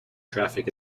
traffic